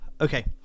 Okay